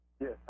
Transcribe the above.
Yes